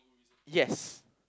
yes